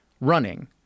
running